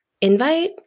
invite